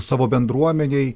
savo bendruomenei